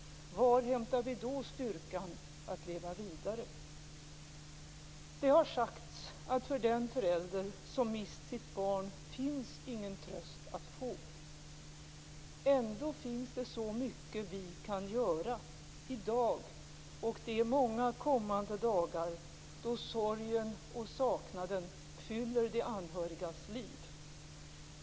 Var hämtar vi då styrkan att leva vidare? Det har sagts att för den förälder som mist sitt barn finns ingen tröst att få. Ändå finns det så mycket vi kan göra, i dag och de många kommande dagar, då sorgen och saknaden fyller de anhörigas liv.